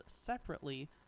separately